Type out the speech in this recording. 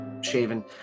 shaven